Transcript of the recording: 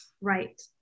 Right